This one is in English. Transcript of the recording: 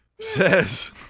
Says